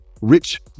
rich